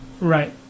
right